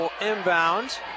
Inbound